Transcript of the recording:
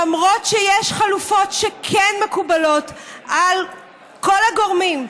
למרות שיש חלופות שכן מקובלות על כל הגורמים,